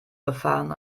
befahren